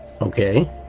Okay